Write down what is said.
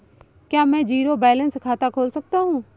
क्या मैं zero balance खाता खोल सकता हूँ?